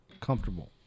comfortable